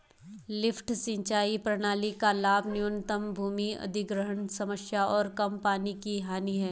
lift सिंचाई प्रणाली का लाभ न्यूनतम भूमि अधिग्रहण समस्या और कम पानी की हानि है